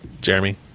Jeremy